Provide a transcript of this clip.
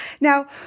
Now